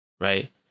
right